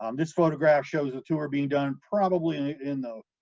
um this photograph shows a tour being done, probably in the,